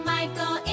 Michael